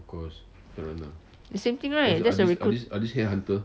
it's same thing right justlike recrui~